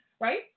Right